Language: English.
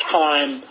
time